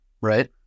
Right